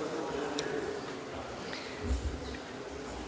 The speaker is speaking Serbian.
mora.